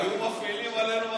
היו מפעילים עלינו מכת"זיות.